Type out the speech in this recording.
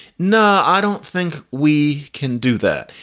no, i don't think we can do that.